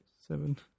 seven